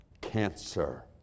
cancer